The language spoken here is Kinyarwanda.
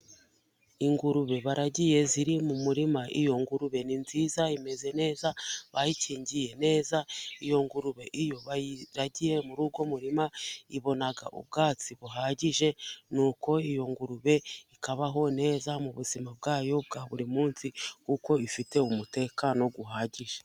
Ingurube baragiye ziri mu murima iyo ngurube ni nziza imeze neza, bayikingiye neza iyo ngurube iyo bayiragiye muri uwo murima ibona ubwatsi buhagije, nuko iyo ngurube ikabaho neza mu buzima bwayo bwa buri munsi kuko ifite umutekano uhagije.